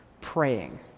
Praying